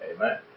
Amen